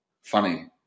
funny